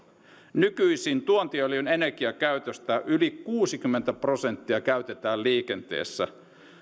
nykyisin tuontiöljyn energiakäytöstä yli kuusikymmentä prosenttia käytetään liikenteessä